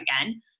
again